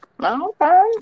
Okay